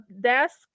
desk